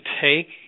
take